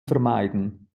vermeiden